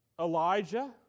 Elijah